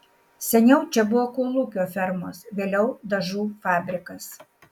seniau čia buvo kolūkio fermos vėliau dažų fabrikas